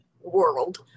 world